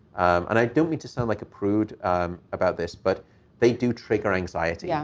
and i don't mean to sound like a prude about this, but they do trigger anxiety. yeah